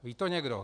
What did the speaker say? Ví to někdo?